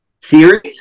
Series